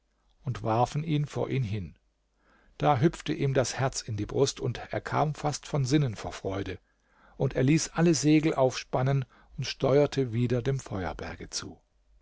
und warfen ihn vor ihn hin da hüpfte ihm das herz in die brust und er kam fast von sinnen vor freude und er ließ alle segel aufspannen und steuerte wieder dem feuerberge zu